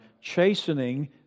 chastening